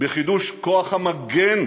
בחידוש כוח המגן,